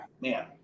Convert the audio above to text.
man